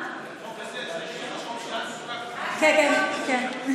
כן כן.